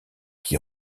qui